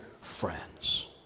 friends